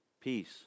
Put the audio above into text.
peace